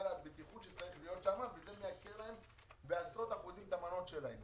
הבטיחות שצריך להיות שמה וזה מייקר להם בעשרות אחוזים את המנות שלהם.